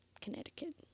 Connecticut